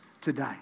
today